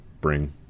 bring